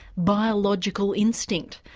biological instinct,